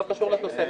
שלא קשור לתוספת.